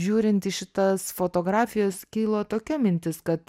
žiūrint į šitas fotografijas kilo tokia mintis kad